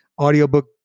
audiobook